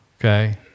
Okay